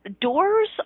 Doors